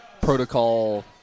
protocol